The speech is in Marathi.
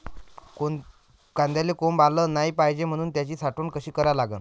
कांद्याले कोंब आलं नाई पायजे म्हनून त्याची साठवन कशी करा लागन?